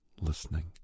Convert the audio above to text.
listening